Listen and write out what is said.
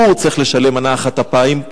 הוא צריך לשלם מנה אחת אפיים,